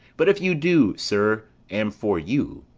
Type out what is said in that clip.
but if you do, sir, am for you.